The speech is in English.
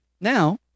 Now